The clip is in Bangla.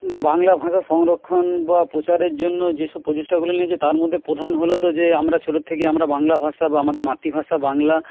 বাংলা ভাষা সংরক্ষণ বা প্রচারের জন্য যে সব প্রচেষ্টাগুলো লিয়েছে তার মধ্যে প্রধান হল তো যে আমরা ছোটোর থেকেই আমরা বাংলা ভাষা বা আমাদের মাতৃভাষা বাংলা